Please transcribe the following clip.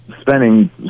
spending